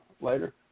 later